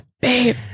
Babe